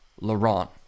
Laurent